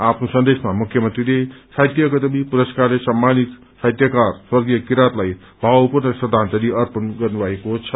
आफ्नो सन्देशमा मुख्यमन्त्रीले साहित्य अकादमी पुरस्कारले सम्मानित साहित्यकार स्वर्गीय किरातलाई भावपूर्ण श्रखाजलि अर्पण गर्नुभएको छ